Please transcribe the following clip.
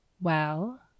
Well